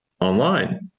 Online